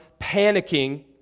panicking